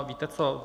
Víte co?